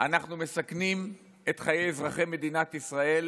אנחנו מסכנים את חיי אזרחי מדינת ישראל,